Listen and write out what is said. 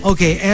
Okay